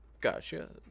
Gotcha